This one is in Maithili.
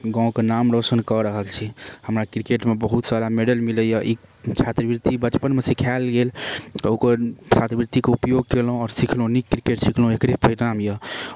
गामके नाम रोशन कऽ रहल छी हमरा किरकेटमे बहुत सारा मेडल मिलैए ई छात्रवृत्ति बचपनमे सिखाएल गेल तऽ ओकर छात्रवृत्तिके उपयोग कएलहुँ आओर सिखलहुँ नीक किरकेट सिखलहुँ एकरे परिणाम अइ